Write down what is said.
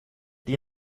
die